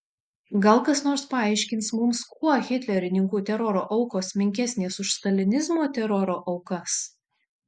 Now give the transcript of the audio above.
gal kas nors paaiškins mums kuo hitlerininkų teroro aukos menkesnės už stalinizmo teroro aukas